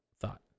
thought